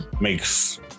makes